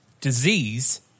disease